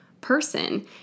person